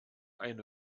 eine